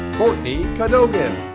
courtney cadogan,